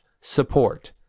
support